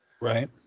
Right